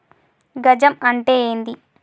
గజం అంటే ఏంది?